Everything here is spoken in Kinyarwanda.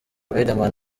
riderman